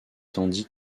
tandis